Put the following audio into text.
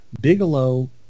Bigelow